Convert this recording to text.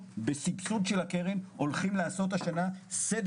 בסבסוד של הקרן אנחנו הולכים לעשות השנה הדרכה בסדר